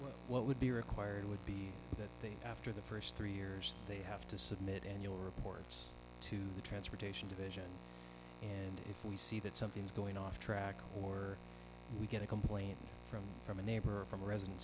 you what would be required would be after the first three years they have to submit annual reports to the transportation division and if we see that something's going off track or we get a complaint from from a neighbor or from a resident